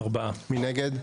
מי נגד?